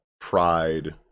pride